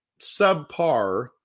subpar